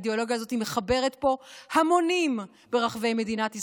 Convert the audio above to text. האידיאולוגיה הזאת מחברת פה המונים ברחבי מדינת ישראל,